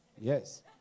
Yes